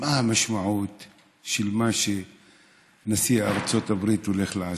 מה המשמעות של מה שנשיא ארצות הברית הולך לעשות.